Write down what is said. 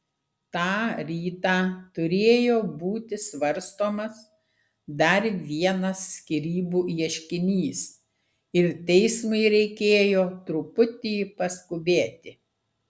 tą rytą turėjo būti svarstomas dar vienas skyrybų ieškinys ir teismui reikėjo truputį paskubėti